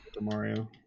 Mario